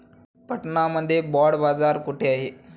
पटना मध्ये बॉंड बाजार कुठे आहे?